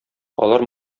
алар